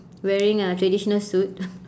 wearing a traditional suit